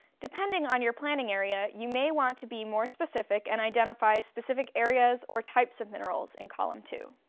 depending on your planning area, you may want to be more specific and identify specific areas or types of minerals in column two.